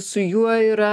su juo yra